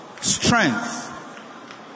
strength